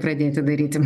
pradėti daryti